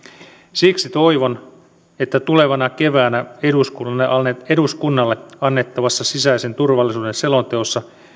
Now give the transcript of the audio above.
siksi toivon että tulevana keväänä eduskunnalle annettavassa sisäisen turvallisuuden selonteossa